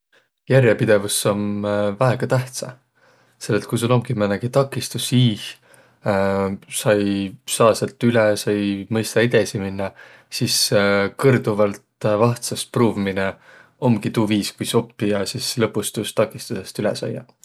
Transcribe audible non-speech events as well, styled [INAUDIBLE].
Järepidevüs om väega tähtsä, selle, et ku sul omgi määnegi takistus iih, [HESITATION] sa ei saaq säält üle, sa ei mõistaq edesi minnäq, sis [HESITATION] kõrduvalt vahtsõst pruuvminõ omgi tuu viis, kuis oppiq ja lõpus tuust takistusõst üle saiaq.